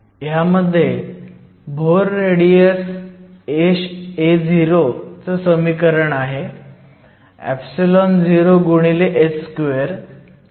ह्यामध्ये Bohr radius ao चं समीकरण आहे oh2mee2